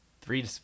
Three